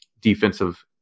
defensive